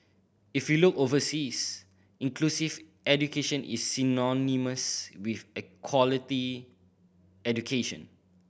if you look overseas inclusive education is synonymous with equality education